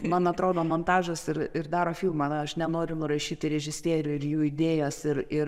man atrodo montažas ir ir daro filmą na aš nenoriu nurašyti režisierių ir jų idėjas ir ir